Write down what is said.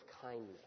kindness